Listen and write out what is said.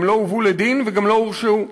הם לא הובאו לדין וגם לא הורשעו.